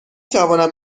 توانم